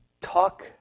talk